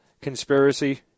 Conspiracy